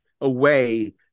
away